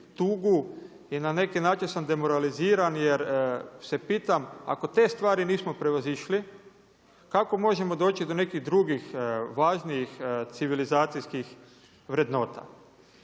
i na neki način sam demoraliziran jer se pitam ako te stvari nismo prevozišli kako možemo doći do nekih drugih važnijih civilizacijskih vrednota?